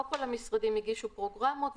לא כל המשרדים הגישו פרוגרמות,